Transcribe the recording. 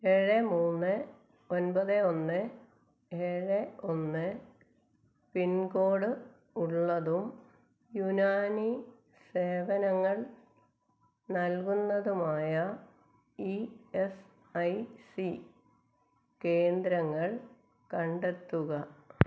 ഏഴ് മൂന്ന് ഒമ്പത് ഒന്ന് ഏഴ് ഒന്ന് പിൻകോഡ് ഉള്ളതും യുനാനി സേവനങ്ങൾ നൽകുന്നതുമായ ഇ എസ് ഐ സി കേന്ദ്രങ്ങൾ കണ്ടെത്തുക